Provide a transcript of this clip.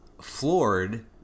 floored